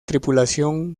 tripulación